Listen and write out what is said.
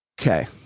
Okay